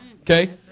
Okay